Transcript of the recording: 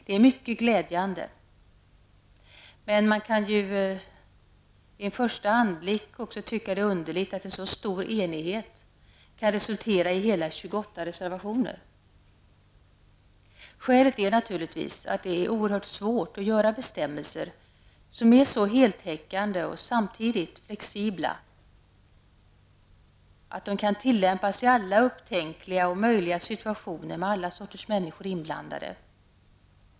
Det är mycket glädjande med denna enighet. Men vid en första anblick kan det tyckas underligt att denna stora enighet har kunnat resultera i så mycket som 28 reservationer. Skälet är naturligtvis att det är oerhört svårt att åstadkomma bestämmelser som är så heltäckande och som samtidigt är så flexibla att de kan tillämpas i alla upptänkliga och möjliga situationer, med alla sorters människor inblandade.